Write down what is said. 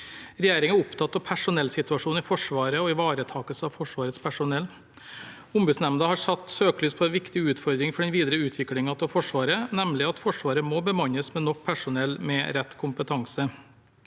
Regjeringen er opptatt av personellsituasjonen i Forsvaret og ivaretakelse av Forsvarets personell. Ombudsnemnda har satt søkelys på en viktig utfordring for den videre utviklingen av Forsvaret, nemlig at Forsvaret må bemannes med nok personell med riktig kompetanse.